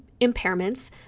impairments